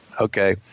Okay